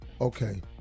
okay